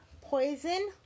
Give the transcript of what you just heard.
poison